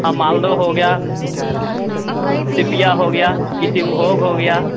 हाँ मालदों हो गया सीपिया हो गया किसिम भोग हो गया